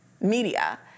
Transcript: media